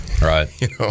Right